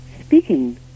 speaking